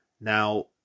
Now